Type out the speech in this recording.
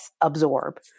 absorb